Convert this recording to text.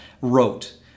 wrote